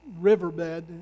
riverbed